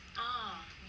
oh